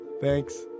thanks